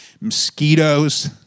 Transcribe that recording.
mosquitoes